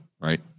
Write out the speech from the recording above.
Right